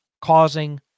causing